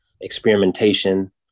experimentation